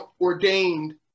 ordained